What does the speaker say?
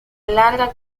larga